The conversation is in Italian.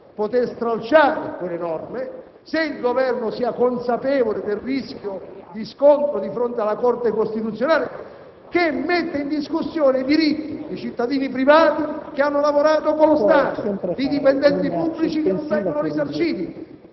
si stralcino quelle norme e se il Governo sia consapevole del rischio di scontro di fronte alla Corte costituzionale. Sono, infatti, messi in discussione i diritti di cittadini privati che hanno lavorato con lo Stato e di dipendenti pubblici che non vengono risarciti.